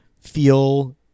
feel